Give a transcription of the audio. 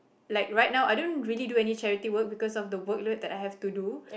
like right now I don't really do any charity work because of the work load that I have to do